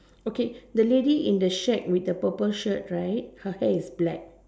okay the lady in the shirt with the purple shirt right her hair is black